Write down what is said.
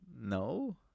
No